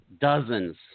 dozens